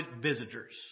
visitors